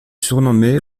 surnommé